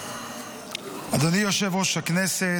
אדוני יושב-ראש הישיבה,